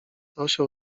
osioł